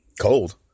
cold